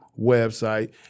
website